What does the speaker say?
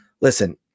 listen